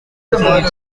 returning